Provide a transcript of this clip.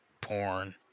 porn